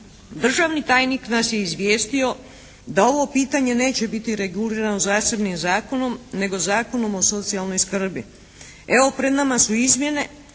Državni tajnik nas je izvijestio da ovo pitanje neće biti regulirano zasebnim zakonom nego Zakonom o socijalnom skrbi. Evo pred nama su izmjene